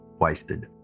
wasted